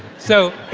so.